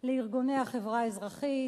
לארגוני החברה האזרחית,